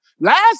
Last